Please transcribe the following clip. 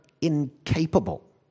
incapable